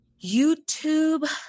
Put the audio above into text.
YouTube